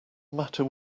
matter